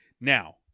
Now